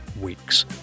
weeks